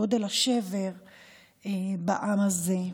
גודל השבר בעם הזה.